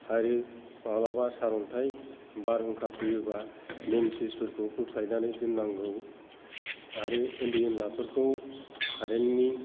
आरो माब्लाबा सारअन्थाय बारहुंखा फैयोबा मेन सुइचफोरखौ बोख्लायनानै दोन्नांगौ आरो ओन्दै ओनलाफोरखौ खारेननि